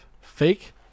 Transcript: Fake